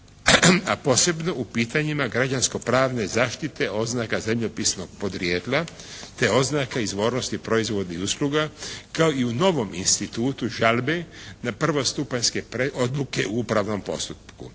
a posebno u pitanjima građansko-pravne zaštite oznaka zemljopisnog podrijetla te oznaka izvornosti proizvodnih usluga kao i u novom institutu žalbe na prvostupanjske odluke u upravnom postupku.